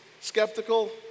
Skeptical